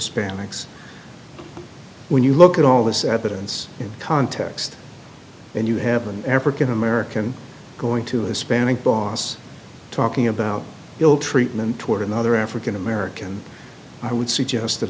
hispanics when you look at all this evidence in context and you have an african american going to a hispanic boss talking about ill treatment toward another african american i would suggest that